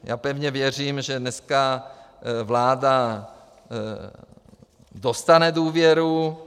Já pevně věřím, že dneska vláda dostane důvěru.